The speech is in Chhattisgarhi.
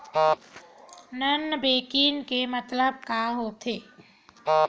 नॉन बैंकिंग के मतलब का होथे?